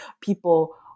people